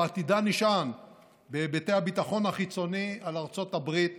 ועתידה נשען בהיבטי הביטחון החיצוני על ארצות הברית